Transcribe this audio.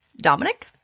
Dominic